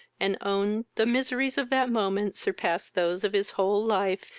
and owned the miseries of that moment surpassed those of his whole life,